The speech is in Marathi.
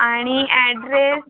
आणि ॲड्रेस